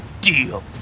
deal